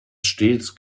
stets